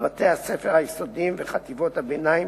בבתי-הספר היסודיים ובחטיבות הביניים,